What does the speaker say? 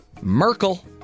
Merkel